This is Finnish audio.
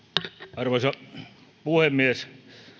arvoisa puhemies